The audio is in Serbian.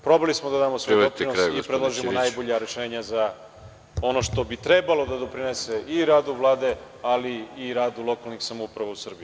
Probali smo da damo svoj doprinos i predložimo najbolja rešenja za ono što bi trebalo da doprinese i radu Vlade ali i radu lokalne samouprave u Srbiji.